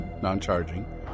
non-charging